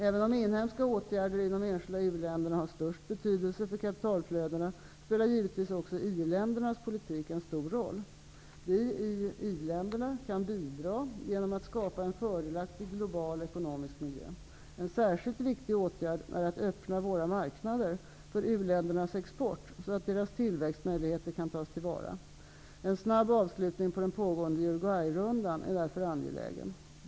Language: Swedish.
Även om inhemska åtgärder i de enskilda uländerna har störst betydelse för kapitalflödena, spelar givetvis också i-ländernas politik en stor roll. Vi i i-länderna kan bidra genom att skapa en fördelaktig global ekonomisk miljö. En särskilt viktig åtgärd är att öppna våra marknader för uländernas export, så att deras tillväxtmöjligheter kan tas till vara. En snabb avslutning av den pågående Uruguayrundan är därför angelägen.